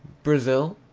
brazil?